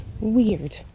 weird